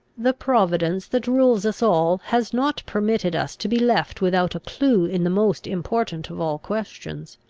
the providence that rules us all, has not permitted us to be left without a clew in the most important of all questions.